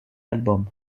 album